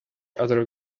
other